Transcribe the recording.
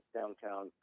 downtown